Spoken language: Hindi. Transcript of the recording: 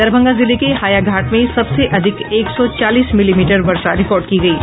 दरभंगा जिले के हाया घाट में सबसे अधिक एक सौ चालीस मिलीमीटर वर्षा रिकॉर्ड की गयी